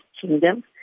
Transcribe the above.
Kingdom